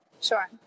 Sure